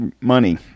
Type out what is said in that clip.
money